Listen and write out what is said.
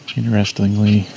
Interestingly